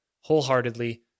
wholeheartedly